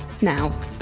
now